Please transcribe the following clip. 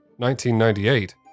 1998